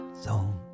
zone